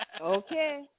Okay